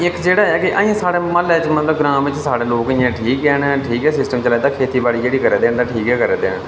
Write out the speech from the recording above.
इक जेहड़ा ऐ कि अजें साढ़े म्हल्ले च मतलब ग्रां बिच सारे लोक ठीक गै न ठीक एह सिस्टम चलै दा ऐ खेती बाड़ी जेह्ड़ी करै दे न ठीक करै दे न